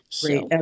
Great